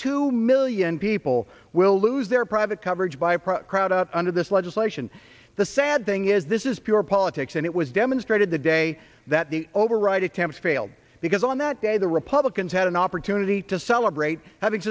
two million people will lose their private coverage by pro crowd under this legislation the sad thing is this is pure politics and it was demonstrated the day that the override attempts failed because on that day the republicans had an opportunity to celebrate having